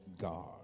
God